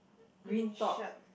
grey shirt